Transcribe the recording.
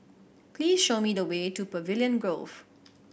please show me the way to Pavilion Grove